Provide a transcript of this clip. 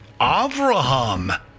Avraham